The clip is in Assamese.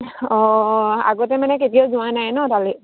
অঁ আগতে মানে কেতিয়াও যোৱা নাই ন তালৈ